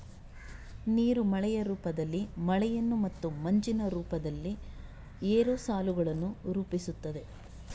ನೀರು ಮಳೆಯ ರೂಪದಲ್ಲಿ ಮಳೆಯನ್ನು ಮತ್ತು ಮಂಜಿನ ರೂಪದಲ್ಲಿ ಏರೋಸಾಲುಗಳನ್ನು ರೂಪಿಸುತ್ತದೆ